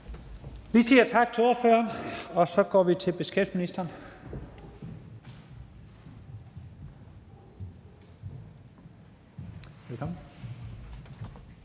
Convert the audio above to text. Vi siger tak til ordføreren, og så går vi videre til fru